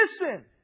Listen